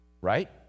right